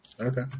Okay